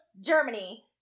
Germany